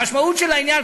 המשמעות של העניין,